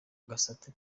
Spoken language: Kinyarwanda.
agasate